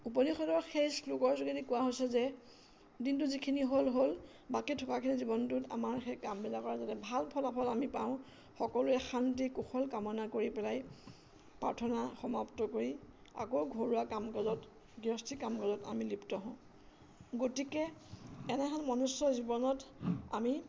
উপনিষদৰ সেই শ্লোকৰ যোগেদি কোৱা হৈছে যে দিনটো যিখিনি হ'ল হ'ল বাকী থকাখিনি জীৱনটোত আমাৰ সেই কামবিলাকৰ যাতে ভাল ফলাফল আমি পাওঁ সকলোৱে শান্তি কুশল কামনা কৰি পেলাই প্ৰাৰ্থনা সমাপ্ত কৰি আকৌ ঘৰুৱা কামকাজত গৃহস্থী কামকাজত আমি লিপ্ত হওঁ গতিকে এনেখন মনুষ্য জীৱনত আমি